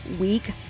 week